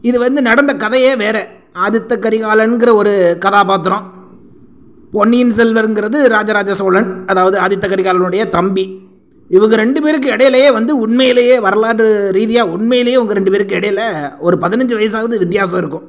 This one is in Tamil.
இது வந்து நடந்த கதையே வேறு ஆதித்த கரிகாலன்ங்கிற ஒரு கதாபாத்திரம் பொன்னியின் செல்வர்ங்கிறது ராஜ ராஜ சோழன் அதாவது ஆதித்த கரிகாலனுடைய தம்பி இவங்க ரெண்டு பேருக்கு இடையிலேயே வந்து உண்மையிலேயே வரலாற்று ரீதியாக உண்மையிலேயே இவங்க ரெண்டு பேருக்கும் இடையில ஒரு பதினஞ்சு வயசாவது வித்தியாசம் இருக்கும்